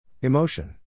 Emotion